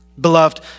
Beloved